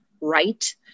right